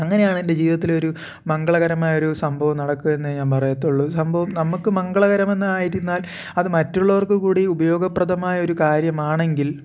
അങ്ങനെയാണ് എൻ്റെ ജീവിതത്തിലെ ഒരു മംഗളകരമായ ഒരു സംഭവം നടക്കുക എന്നേ ഞാൻ പറയത്തുള്ളു സംഭവം നമുക്ക് മംഗളകരമെന്ന് ആയിരുന്നാൽ അത് മറ്റുള്ളവർക്ക് കൂടി ഉപയോഗപ്രദമായ ഒരു കാര്യമാണെങ്കിൽ